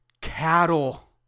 cattle